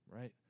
right